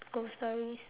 ghost stories